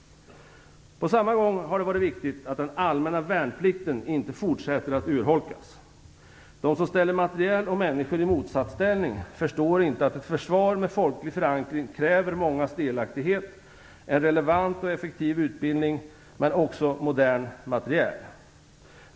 På samma gång har det varit viktigt att den allmänna värnplikten inte fortsätter att urholkas. De som ställer materiel och människor i motsatsställning förstår inte att ett försvar med folklig förankring kräver mångas delaktighet, en relevant och effektiv utbildning men också modernt materiel.